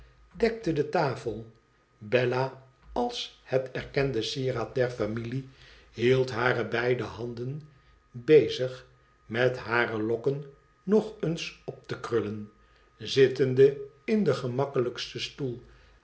dekte de tafel bella als het erkende sieraad der familie hield hare beide handen bezig met hare lokken nog eens op te krullen zittende in den gemakkelijksten stoel